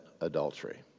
adultery